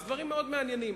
זה דברים מאוד מעניינים.